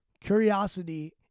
curiosity